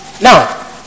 Now